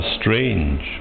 strange